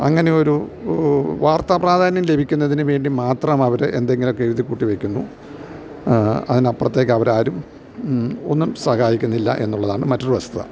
അങ്ങനെയൊരു വാർത്താപ്രാധാന്യം ലഭിക്കുന്നതിനുവേണ്ടി മാത്രം അവര് എന്തെങ്കിലുമൊക്കെ എഴുതിക്കൂട്ടിവയ്ക്കുന്നു അതിനപ്പുറത്തേക്ക് അവരാരും ഒന്നും സഹായിക്കുന്നില്ല എന്നുള്ളതാണു മറ്റൊരു വസ്തുത